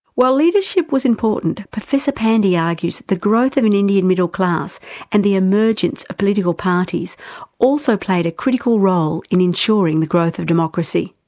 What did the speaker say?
while leadership was important, professor pandey argues that the growth of an indian middle class and the emergence of political parties also played a critical role in ensuring the growth of democracy.